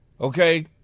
Okay